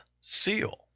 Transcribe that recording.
seal